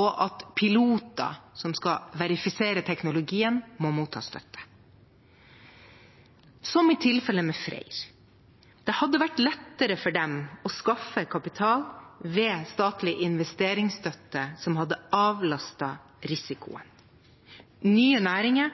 og at piloter som skal verifisere teknologien, må motta støtte. I tilfellet med FREYR: Det hadde vært lettere for dem å skaffe kapital ved statlig investeringsstøtte, som hadde avlastet risikoen. Nye næringer